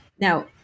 Now